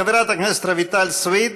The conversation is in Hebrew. חברת הכנסת רויטל סויד,